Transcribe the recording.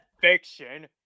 fiction